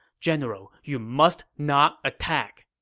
general, you must not attack.